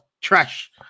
trash